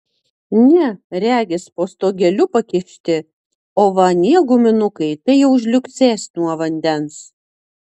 ne regis po stogeliu pakišti o va anie guminukai tai jau žliugsės nuo vandens